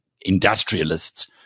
industrialists